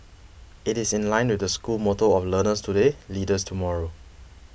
it is in line with the school motto of learners today leaders tomorrow